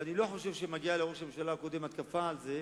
ואני לא חושב שמגיעה לראש הממשלה הקודם התקפה על זה,